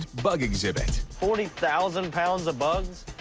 bug exhibit. forty thousand pounds of bugs?